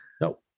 No